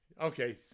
Okay